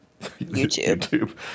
YouTube